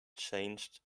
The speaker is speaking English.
changed